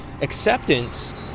acceptance